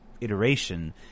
iteration